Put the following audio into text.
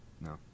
No